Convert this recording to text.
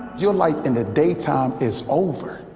your life in the daytime is over.